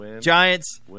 Giants